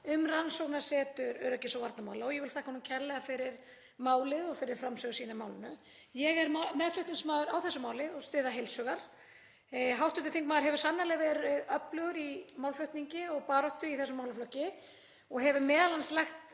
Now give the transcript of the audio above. um rannsóknarsetur öryggis- og varnarmála og ég vil þakka honum kærlega fyrir málið og fyrir framsögu sína í málinu. Ég er meðflutningsmaður á þessu máli og styð það heils hugar. Hv. þingmaður hefur sannarlega verið öflugur í málflutningi og baráttu í þessum málaflokki og hefur m.a. lagt